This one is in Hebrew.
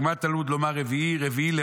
ומה תלמוד לומר רביעי?